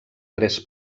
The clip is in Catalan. tres